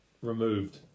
removed